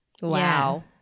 Wow